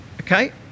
Okay